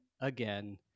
again